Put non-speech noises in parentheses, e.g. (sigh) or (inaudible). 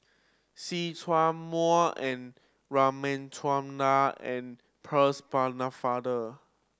See Chak Mun R (unintelligible) and Percy Pennefather